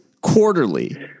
Quarterly